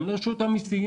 גם לרשות המיסים.